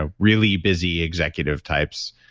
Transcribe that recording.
ah really busy executive types,